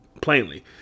plainly